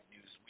news